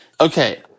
okay